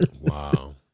Wow